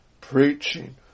preaching